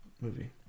movie